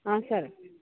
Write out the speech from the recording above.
ಹಾಂ ಸರ್